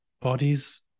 bodies